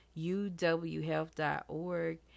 uwhealth.org